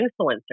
influencers